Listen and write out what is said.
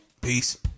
Peace